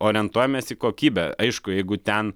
orientuojamės į kokybę aišku jeigu ten